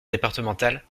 départementale